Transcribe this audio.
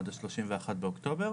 עד השלושים ואחד באוקטובר,